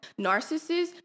narcissists